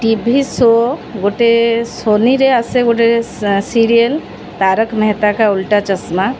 ଟି V show ଗୋଟେ ସୋନିରେ ଆସେ ଗୋଟେ ସିରିଏଲ୍ ତାରକ ମେହେତାକା ଉଲଟା ଚଷମା